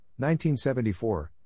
1974